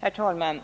Herr talman!